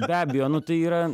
be abejo nu tai yra